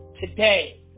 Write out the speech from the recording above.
today